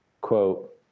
quote